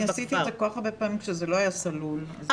עשיתי את זה כל כך הרבה פעמים כשזה לא היה סלול --- באוטו.